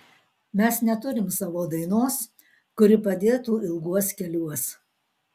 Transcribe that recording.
mes neturim savo dainos kuri padėtų ilguos keliuos